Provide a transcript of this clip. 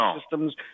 systems